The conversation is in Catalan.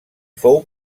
fou